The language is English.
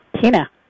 Tina